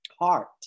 heart